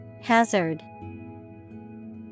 Hazard